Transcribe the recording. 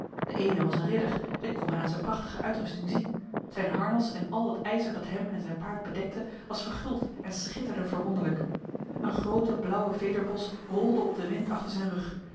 de ene was een ridder dit kon men aan zijn prachtige uitrusting zien zijn harnas en al het ijzer dat hem en zijn paard bedekte was verguld en schitterde verwonderlijk een grote blauwe vederbos rolde op de wind achter zijn rug